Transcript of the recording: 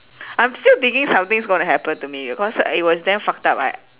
I'm still thinking something's gonna happen to me because it was damn fucked up ah